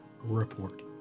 Report